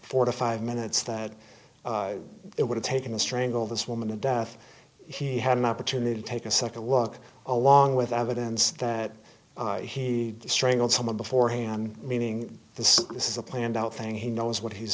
forty five minutes that it would have taken strangle this woman to death he had an opportunity to take a second look along with evidence that he strangled some of beforehand meaning this this is a planned out thing he knows what he's